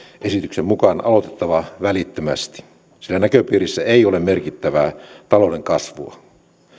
esityksen mukaan aloitettava välittömästi sillä näköpiirissä ei ole merkittävää talouden kasvua